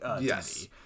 yes